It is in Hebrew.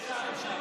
רגע, רגע.